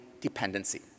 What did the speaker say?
dependency